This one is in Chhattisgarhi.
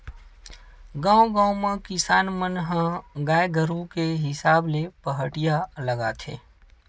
गाँव गाँव म किसान मन ह गाय गरु के हिसाब ले पहाटिया लगाथे